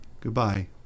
Goodbye